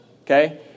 Okay